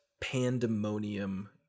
Pandemonium